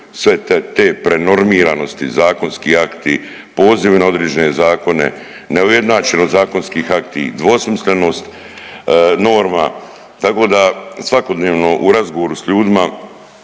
sve te prenormiranosti, zakonski akti, pozivi na određene zakone, neujednačenost zakonskih akti, dvosmislenost norma tako da svakodnevno u razgovoru s ljudima,